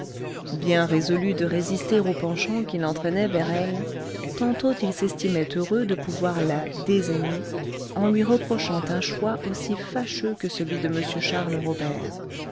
bien résolu de résister au penchant qui l'entraînait vers elle tantôt il s'estimait heureux de pouvoir la désaimer en lui reprochant un choix aussi fâcheux que celui de m charles robert